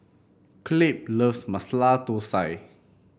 Clabe loves Masala Thosai